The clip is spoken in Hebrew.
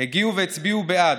הגיעו והצביעו בעד,